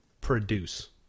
produce